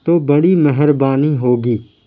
تو بڑی مہربانی ہوگی